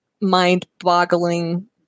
mind-boggling